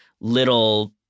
little